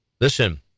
Listen